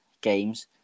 games